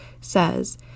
says